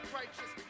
righteous